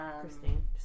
Christine